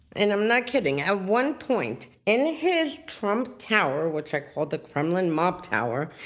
and i'm not kidding, at one point in his trump tower, which i call the kremlin mob tower,